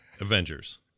Avengers